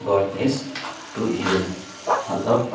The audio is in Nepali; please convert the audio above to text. गडनेस इभिल मतलब